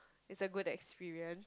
it's a good experience